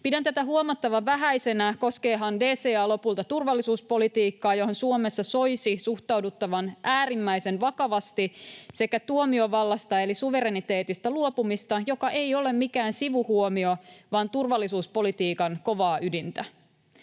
Pidän tätä huomattavan vähäisenä, koskeehan DCA lopulta turvallisuuspolitiikkaa, johon Suomessa soisi suhtauduttavan äärimmäisen vakavasti, sekä tuomiovallasta eli suvereniteetista luopumista, joka ei ole mikään sivuhuomio, vaan turvallisuuspolitiikan kovaa ydintä.